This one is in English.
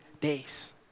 days